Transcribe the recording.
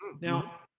Now